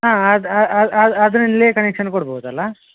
ಹಾಂ ಅದು ಅದರಿಂದ್ಲೇ ಕನೆಕ್ಷನ್ ಕೊಡ್ಬೋದಲ್ವಾ